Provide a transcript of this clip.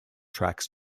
tracks